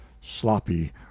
sloppy